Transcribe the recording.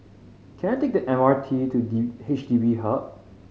can I take the M R T to D H D B Hub